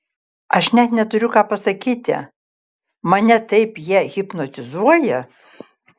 aš net neturiu ką pasakyti mane taip jie hipnotizuoja